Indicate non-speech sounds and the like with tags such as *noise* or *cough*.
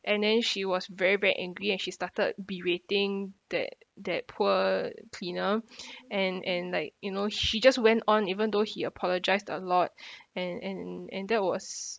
and then she was very very angry and she started berating that that poor cleaner *breath* and and like you know she just went on even though he apologised a lot *breath* and and and that was